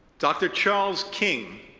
dr. charles king,